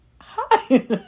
hi